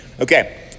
Okay